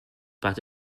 but